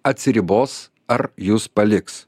atsiribos ar jus paliks